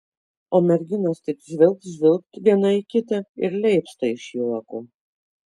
o merginos tik žvilgt žvilgt viena į kitą ir leipsta iš juoko